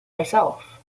myself